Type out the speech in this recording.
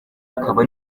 akaba